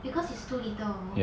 because it's too little hor